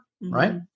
right